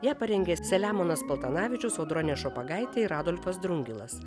ją parengė selemonas paltanavičius audronė šopagaitė ir adolfas drungilas